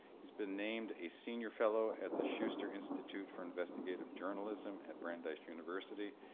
he's been named a senior fellow at the schuster institute for investigative journalism at brandeis university.